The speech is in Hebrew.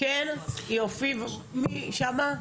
מי שם?